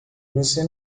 você